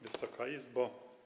Wysoka Izbo!